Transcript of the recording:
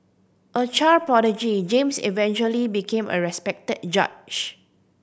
a child prodigy James eventually became a respected judge